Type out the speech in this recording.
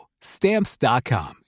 Stamps.com